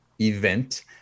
event